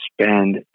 spend